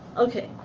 okay?